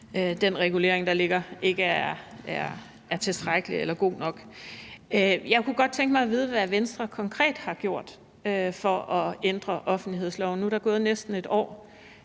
den regulering, der ligger, ikke er tilstrækkelig eller god nok. Jeg kunne godt tænke mig at vide, hvad Venstre konkret har gjort for at ændre offentlighedsloven. Nu er der gået næsten et år.